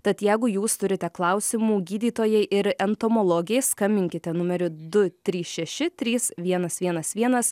tad jegu jūs turite klausimų gydytojai ir entomologei skambinkite numeriu du trys šeši trys vienas vienas vienas